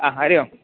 आ हरिः ओम्